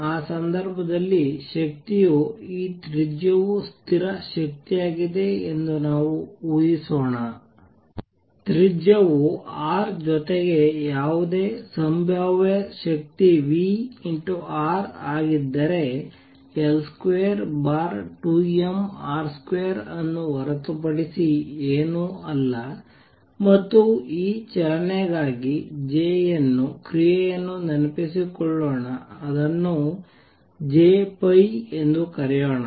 ಈ ಸಂದರ್ಭದಲ್ಲಿ ಶಕ್ತಿಯು ಈ ತ್ರಿಜ್ಯವು ಸ್ಥಿರ ಶಕ್ತಿಯಾಗಿದೆ ಎಂದು ನಾವು ಊಹಿಸೋಣ ತ್ರಿಜ್ಯವು R ಜೊತೆಗೆ ಯಾವುದೇ ಸಂಭಾವ್ಯ ಶಕ್ತಿ V ಆಗಿದ್ದರೆ L22mR2 ಅನ್ನು ಹೊರತುಪಡಿಸಿ ಏನೂ ಅಲ್ಲ ಮತ್ತು ಈ ಚಲನೆಗಾಗಿ J ನ ಕ್ರಿಯೆಯನ್ನು ನೆನಪಿಸಿಕೊಳ್ಳೋಣ ಅದನ್ನು J ಎಂದು ಕರೆಯೋಣ